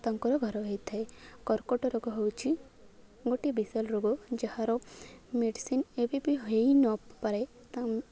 ତାଙ୍କର ଘର ହୋଇଥାଏ କର୍କଟ ରୋଗ ହେଉଛିି ଗୋଟିଏ ବିଶାଳ ରୋଗ ଯାହାର ମେଡ଼ିସିନ୍ ଏବେ ବି ହୋଇନପାରେ